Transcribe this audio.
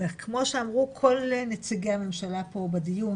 כמו שאמרו כל נציגי הממשלה פה בדיון,